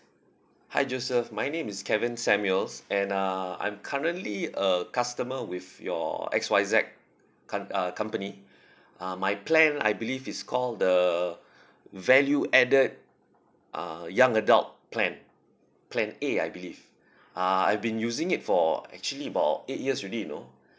hi joseph my name is kevin samuels and uh I'm currently a customer with your X Y Z com~ uh company uh my plan I believe it's called the value added uh young adult plan plan A I believe uh I've been using it for actually about eight years already you know